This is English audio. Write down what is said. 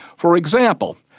for example,